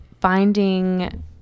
finding